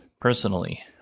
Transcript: personally